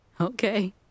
Okay